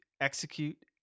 execute